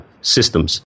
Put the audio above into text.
systems